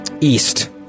east